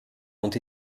ont